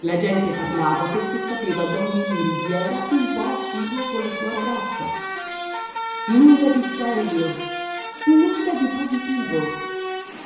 la gente parlava perché sapeva don ninì rubiera un po assiduo con la sua ragazza nulla di serio nulla di positivo